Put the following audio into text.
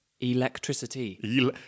Electricity